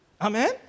Amen